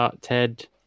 Ted